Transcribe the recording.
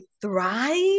thrive